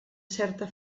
certa